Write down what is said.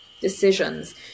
Decisions